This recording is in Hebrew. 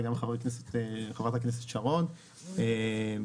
וגם על שחברת הכנסת שרון רופא אופיר יזמה את הדיון.